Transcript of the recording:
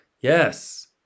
Yes